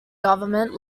government